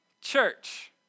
church